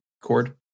cord